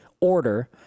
order